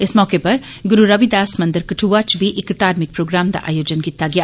इस मौके पर गुरू रविदास मंदर कठुआ च इक धार्मिक प्रोग्राम दा आयोजन कीता गेआ